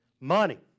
money